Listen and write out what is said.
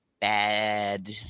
Bad